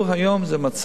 היום המצב,